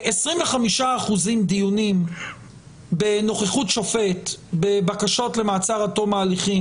שלי 25% דיונים בנוכחות שופט בבקשות למעצר עד תום ההליכים,